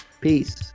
Peace